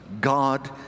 God